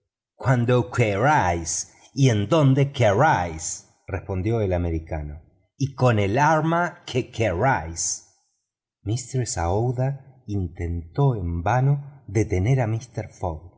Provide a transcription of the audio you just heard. cuando queráis y donde queráis respondió el americano y con el arma que queráis mistress aouida intentó en vano detener a mister fogg